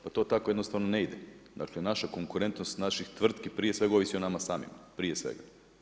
Pa to tako jednostavno ne ide, dakle naša konkurentnost naših tvrtki prije svega ovisi o nama samima, prije svega.